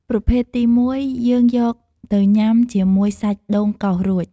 ប្រភេទទីមួយ យើងយកទៅញុំាជាមួយសាច់ដូងកោសរួច។